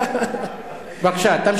בבקשה, תמשיך.